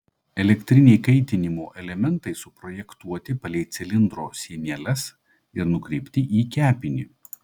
elektriniai kaitinimo elementai suprojektuoti palei cilindro sieneles ir nukreipti į kepinį